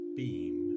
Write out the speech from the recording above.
beam